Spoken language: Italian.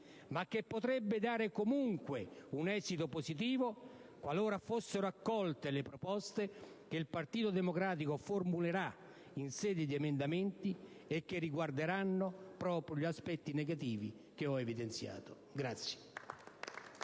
ma che potrebbe dare comunque un esito positivo qualora fossero accolte le proposte che il Partito Democratico formulerà in sede di esame degli emendamenti, e che riguarderanno proprio gli aspetti negativi che ho evidenziato.